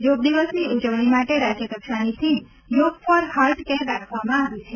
યોગ દિવસની ઉજવણી માટે રાજ્યકક્ષાની theme yoga for heart care રાખવામાં આવી છે